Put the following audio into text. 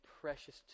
precious